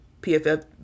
PFF